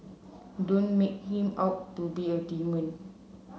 don't make him out to be a demon